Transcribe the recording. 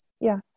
yes